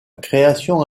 création